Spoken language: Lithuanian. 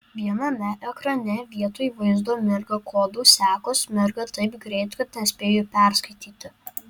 viename ekrane vietoj vaizdo mirga kodų sekos mirga taip greit kad nespėju perskaityti